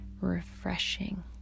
refreshing